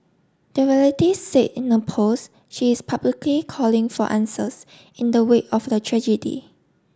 the relative said in a post she is publicly calling for answers in the wake of the tragedy